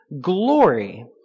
glory